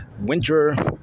winter-